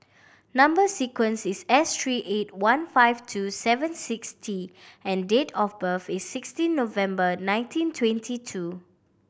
number sequence is S three eight one five two seven six T and date of birth is sixteen November nineteen twenty two